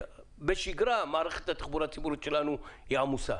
בשגרה מערכת התחבורה הציבורית שלנו היא עמוסה,